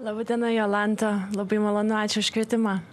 laba diena jolanta labai malonu ačiū už kvietimą